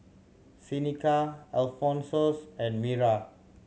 Seneca Alphonsus and Mira